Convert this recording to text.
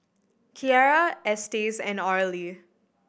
Kierra Estes and Arly